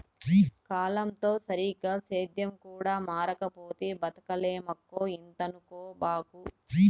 కాలంతో సరిగా సేద్యం కూడా మారకపోతే బతకలేమక్కో ఇంతనుకోబాకు